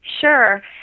Sure